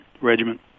regiment